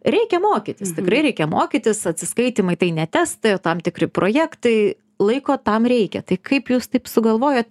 reikia mokytis tikrai reikia mokytis atsiskaitymai tai ne testai o tam tikri projektai laiko tam reikia tai kaip jūs taip sugalvojot